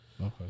Okay